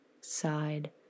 side